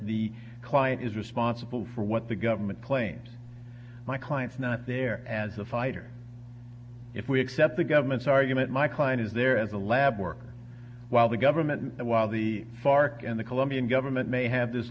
the client is responsible for what the government claims my clients not there as a fighter if we accept the government's argument my client is there as a lab work while the government while the fark and the colombian government may have this